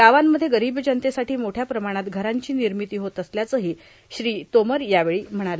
गावांमध्ये गरीब जनतेसाठी मोठ्या प्रमाणात घरांची निर्मिती होत असल्याचंही श्री तोमर यावेळी म्हणाले